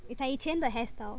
it's like 以前的 hairstyle